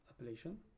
appellation